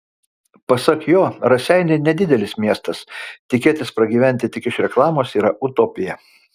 pasak jo raseiniai nedidelis miestas tikėtis pragyventi tik iš reklamos yra utopija